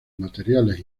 materiales